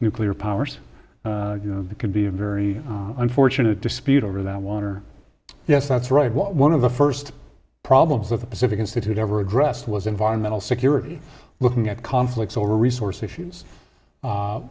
nuclear powers you know it could be very unfortunate dispute over that water yes that's right what one of the first problems of the pacific institute ever addressed was environmental security looking at conflicts over resource issues